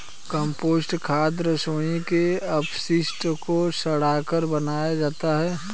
compost खाद रसोई के अपशिष्ट को सड़ाकर बनाया जाता है